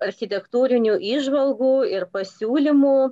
architektūrinių įžvalgų ir pasiūlymų